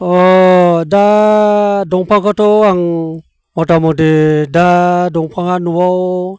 अ दा दंफांखौथ' आं मथामथि दा दफाङा न'आव